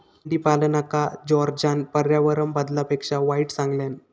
मेंढीपालनका जॉर्जना पर्यावरण बदलापेक्षा वाईट सांगितल्यान